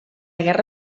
guerra